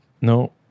No